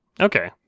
Okay